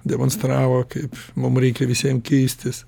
demonstravo kaip mum reikia visiem keistis